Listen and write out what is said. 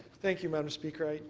thank you, madam speaker.